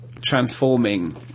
transforming